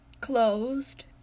closed